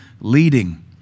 Leading